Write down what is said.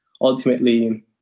ultimately